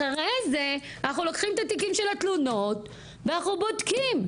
אחרי זה אנחנו לוקחים את התיקים של התלונות ואנחנו בודקים,